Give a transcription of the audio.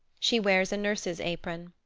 she wears a nurse's apron.